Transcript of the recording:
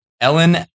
Ellen